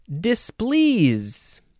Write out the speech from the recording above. displease